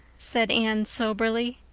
said anne soberly.